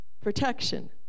protection